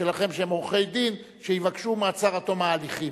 שלכם שהם עורכי-דין שיבקש מעצר עד תום ההליכים.